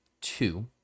two